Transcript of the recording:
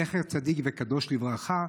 זכר צדיק וקדוש לברכה,